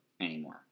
anymore